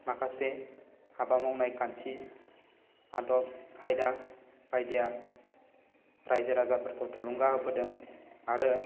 माखासे हाबा मावनाय खान्थि आदब खायदा बायदिया रायजो राजाफोरखौ थुलुंगा होबोदों आरो